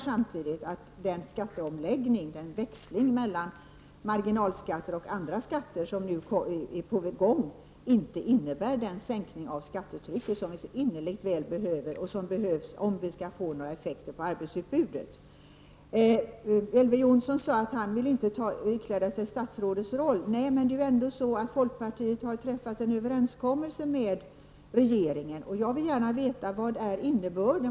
Samtidigt beklagar jag dock att den växling mellan marginalskatter och andra skatter som nu är på gång inte innebär att vi får den sänkning av skattetrycket som så innerligt väl behövs, t.ex. när det gäller att påverka arbetskraftsutbudet. Elver Jonsson vill inte ikläda sig statsrådets roll. Nej, men folkpartiet har ändå träffat en överenskommelse med regeringen. Jag vill därför gärna veta vad som är innebörden av överenskommelsen.